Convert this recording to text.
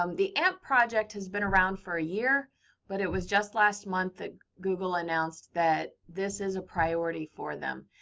um the amp project has been around for a year but it was just last month that google announced that this is a priority for them.